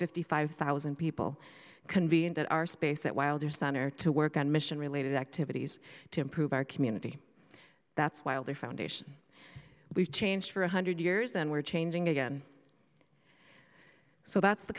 fifty five thousand people convened at our space that while there center to work on mission related activities to improve our community that's while the foundation we've changed for one hundred years and we're changing again so that's the